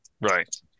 Right